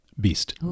beast